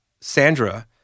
Sandra